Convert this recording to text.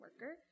worker